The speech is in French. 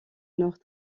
nord